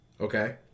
Okay